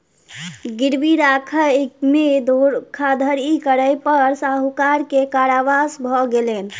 गिरवी राखय में धोखाधड़ी करै पर साहूकार के कारावास भ गेलैन